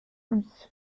lui